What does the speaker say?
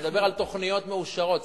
אלא על תוכניות מאושרות.